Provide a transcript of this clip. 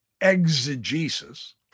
exegesis